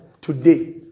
today